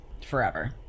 forever